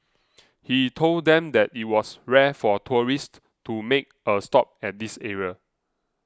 he told them that it was rare for tourists to make a stop at this area